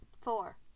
four